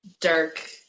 dark